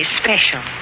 special